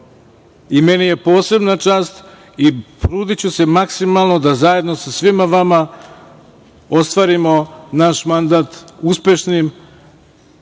Meni je posebna čast i trudiću se maksimalno da zajedno sa svima vama ostvarimo naš mandat uspešnim,